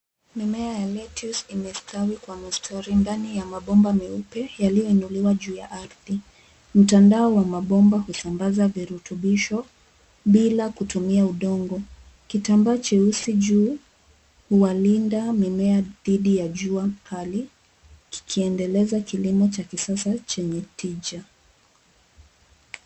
Mimea ya Lettuce imestawi kwa mistari ndani ya mabomba meupe yaliyoinuliwa juu ya ardhi. Mtandao wa mabomba husambaza virutubisho bila kutumia udongo. Kitambaa cheusi juu, huwalinda mimea dhidi ya jua kali kikiendeleza kilimo cha kisasa chenye tija.